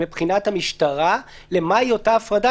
מבחינת המשטרה לאותה הפרדה?